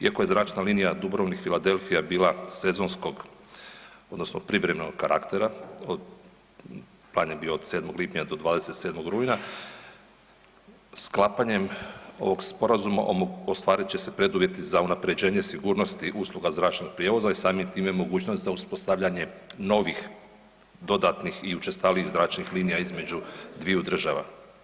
Iako je zračna linija Dubrovnik-Philadelphija bila sezonskog odnosno privremenog karaktera, od, plan je bio od 7. lipnja do 27. rujna, sklapanjem ovog sporazuma ostvarit će se preduvjeti za unapređenje sigurnosti usluga zračnog prijevoza i samim time mogućnost za uspostavljanje novih dodatnih i učestalijih zračnih linija između dviju država.